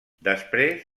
després